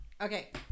Okay